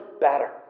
Better